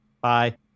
Bye